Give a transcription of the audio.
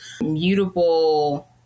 mutable